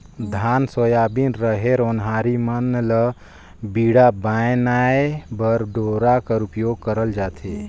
धान, सोयाबीन, रहेर, ओन्हारी मन ल बीड़ा बनाए बर डोरा कर उपियोग करल जाथे